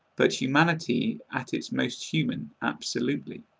but humanity at its most human, absolutely.